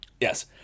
Yes